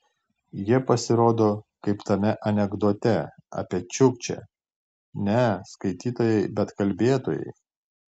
jie pasirodo kaip tame anekdote apie čiukčę ne skaitytojai bet kalbėtojai